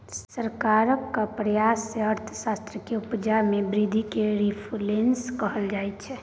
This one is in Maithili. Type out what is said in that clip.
सरकारक प्रयास सँ अर्थव्यवस्था केर उपजा मे बृद्धि केँ रिफ्लेशन कहल जाइ छै